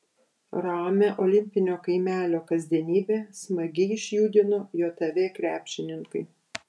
ramią olimpinio kaimelio kasdienybę smagiai išjudino jav krepšininkai